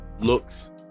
looks